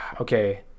Okay